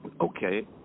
Okay